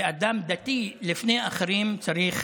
ואדם דתי, לפני אחרים, צריך